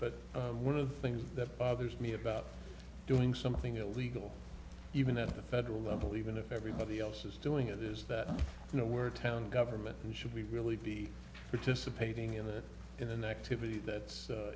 but one of things that bothers me about doing something illegal even at the federal level even if everybody else is doing it is that you know we're town government and should we really be participating in that in an activity that's